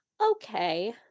okay